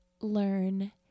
learn